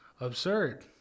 absurd